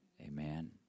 Amen